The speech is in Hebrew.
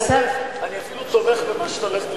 אני אפילו תומך במה שאת הולכת להגיד.